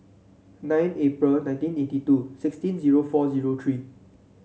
nine April nineteen eighty two sixteen zero four zero three